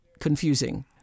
confusing